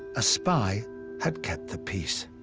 a spy had kept the peace.